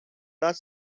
dat